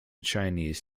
chinese